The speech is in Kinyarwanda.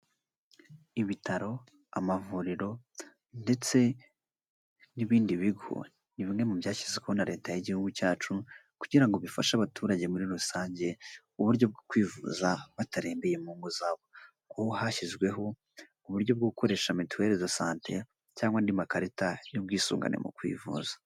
Ibitaro, amavuriro ndetse n'ibindi bigo ni bimwe mu byashyizweho na leta y'igihugu cyacu kugira bifashe abaturage muri rusange uburyo bwo kwivuza batarembeye mu ngo zabo, kuko hashyizweho uburyo bwo gukoresha mituwere de sante cyangwa andi makarita y'ubwisungane mu kwivuza.